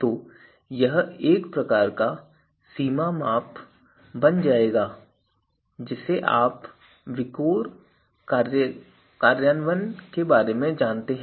तो यह एक प्रकार का सीमा माप बन जाएगा जिसे आप VIKOR कार्यान्वयन के बारे में जानते हैं